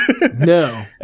No